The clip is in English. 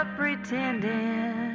pretending